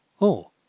Oh